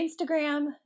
instagram